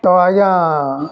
ତ ଆଜ୍ଞା